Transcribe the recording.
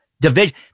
division